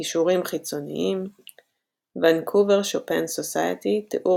קישורים חיצוניים Vancouver Chopin Society- תיאור